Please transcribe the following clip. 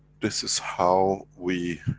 this is how we,